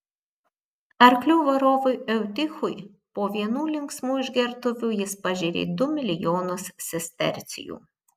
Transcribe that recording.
arklių varovui eutichui po vienų linksmų išgertuvių jis pažėrė du milijonus sestercijų